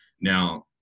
now